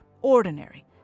ordinary